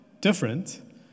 different